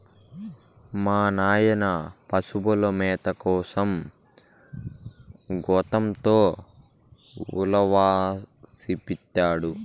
మా నాయన పశుల మేత కోసం గోతంతో ఉలవనిపినాడు